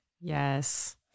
Yes